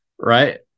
right